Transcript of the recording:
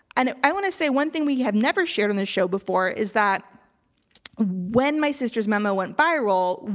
and i want to say one thing we have never shared on the show before is that when my sister's memo went viral,